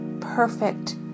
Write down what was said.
perfect